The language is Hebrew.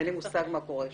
אין לי מושג מה קורה שם.